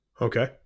Okay